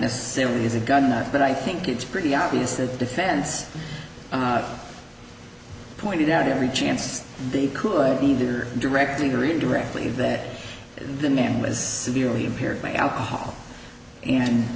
necessarily as a gun but i think it's pretty obvious that the defense pointed out every chance they could either directly or indirectly that the man was severely impaired by alcohol and